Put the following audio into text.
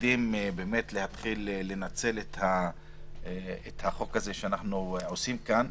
להתחיל לנצל את החוק הזה שאנחנו מחוקקים כאן.